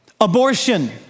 abortion